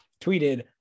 tweeted